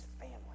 family